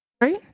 right